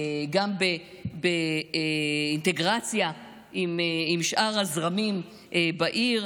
גם באינטגרציה עם שאר הזרמים בעיר,